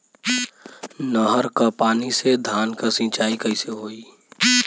नहर क पानी से धान क सिंचाई कईसे होई?